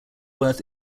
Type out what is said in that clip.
worth